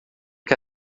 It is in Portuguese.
que